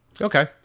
Okay